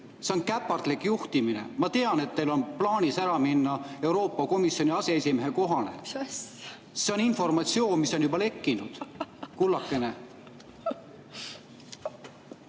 See on käpardlik juhtimine. Ma tean, et teil on plaanis minna Euroopa Komisjoni aseesimehe kohale. Misasja? See on informatsioon, mis on juba lekkinud, kullakene.